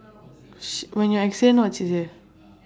sh~ when you explain what she say